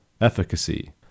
Efficacy